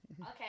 Okay